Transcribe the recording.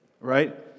right